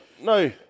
no